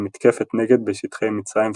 למתקפת-נגד בשטחי מצרים וסוריה.